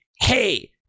hey